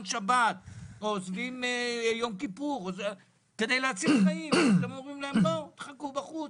שבת או יום כיפור כדי להציל חיים ופתאום אומרים להם לחכות בחוץ.